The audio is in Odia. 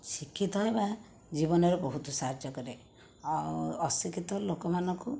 ଶିକ୍ଷିତ ହେବା ଜୀବନରେ ବହୁତ ସାହାଯ୍ୟ କରେ ଆଉ ଅଶିକ୍ଷିତ ଲୋକମାନଙ୍କୁ